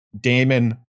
Damon